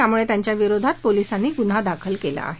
त्यामुळे त्यांच्याविरोधात पोलिसांनी गुन्हा दाखल केला आहे